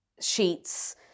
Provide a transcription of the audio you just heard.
sheets